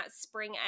spring